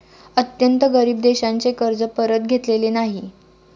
अत्यंत गरीब देशांचे कर्ज परत घेतलेले नाही